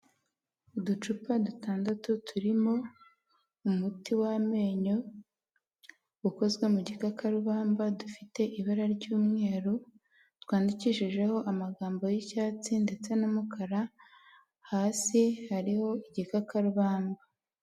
Uducupa dutandatu turimo umuti w'amenyo ukozwe mu gikakarubamba dufite ibara ry'umweru, twandikishijeho amagambo y'icyatsi ndetse n'umukara hasi hariho igikakarubamba.